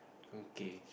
okay